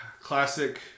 classic